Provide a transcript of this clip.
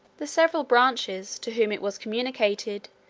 the several branches, to whom it was communicated,